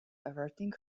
averting